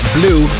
Blue